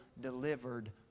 Delivered